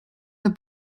the